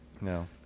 No